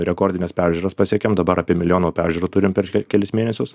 rekordines peržiūras pasiekėm dabar apie milijoną peržiūrų turim per kelis mėnesius